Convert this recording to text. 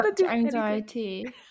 anxiety